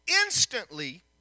Instantly